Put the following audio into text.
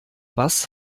was